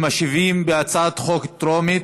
שמשיבים על הצעת חוק טרומית,